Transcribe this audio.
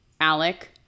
Alec